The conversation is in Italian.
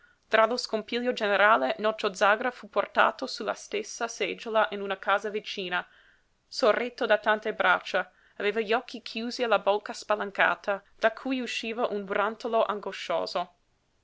lo scompiglio generale nocio zàgara fu portato su la stessa seggiola in una casa vicina sorretto da tante braccia aveva gli occhi chiusi e la bocca spalancata da cui usciva un rantolo angoscioso